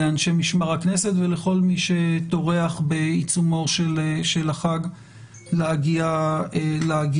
לאנשי משמר הכנסת ולכל מי שטורח בעיצומו של החג להגיע לכאן.